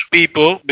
people